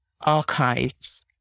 archives